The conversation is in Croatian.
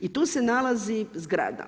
I tu se nalazi zgrada.